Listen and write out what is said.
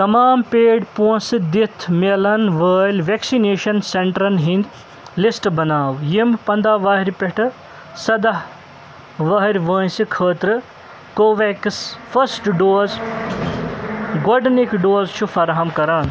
تمام پیڈ پونٛسہٕ دِتھ میلن وٲلۍ وٮ۪کسِنیٚشن سینٹرن ہِنٛدۍ لسٹ بناو یِم پنٛداہ ؤہر پٮ۪ٹھٕ سداہ ؤہر وٲنٛسہِ خٲطرٕ کو وٮ۪کٕس فسٹ ڈوز گۄڈنیُک ڈوز چھِ فراہَم کران